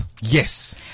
Yes